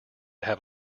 have